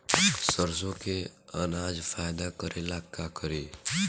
सरसो के अनाज फायदा करेला का करी?